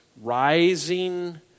rising